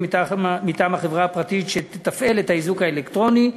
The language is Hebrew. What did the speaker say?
מטעם החברה הפרטית שתתפעל את האיזוק האלקטרוני,